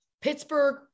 Pittsburgh